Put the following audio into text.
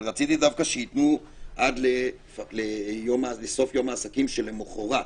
אבל רציתי דווקא שייתנו עד סוף יום העסקים שלמוחרת,